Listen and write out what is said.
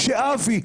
כשלאבי,